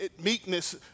meekness